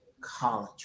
college